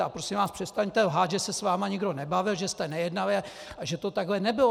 A prosím vás, přestaňte lhát, že se s vámi nikdo nebavil, že jste nejednali a že to takhle nebylo!